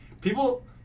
people